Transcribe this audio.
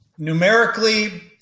Numerically